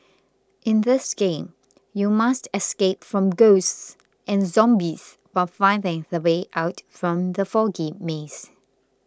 in this game you must escape from ghosts and zombies while finding the way out from the foggy maze